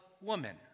woman